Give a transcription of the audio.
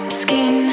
skin